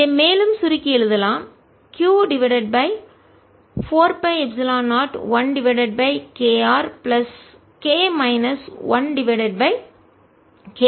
இதை மேலும் சுருக்கி எழுதலாம்Q divided by 4 pi epsilon 0 1 divided by Kr plus Kமைனஸ் 1 டிவைடட் பை KR